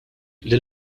lil